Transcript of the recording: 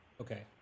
Okay